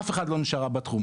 אף אחת לא נשארה בתחום,